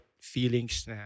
feelings